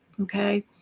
okay